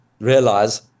realize